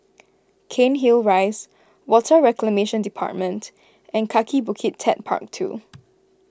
Cairnhill Rise Water Reclamation Department and Kaki Bukit Techpark two